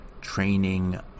training